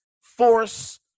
force